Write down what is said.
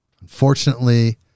Unfortunately